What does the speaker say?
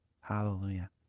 Hallelujah